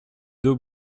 deux